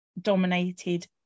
dominated